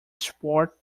sport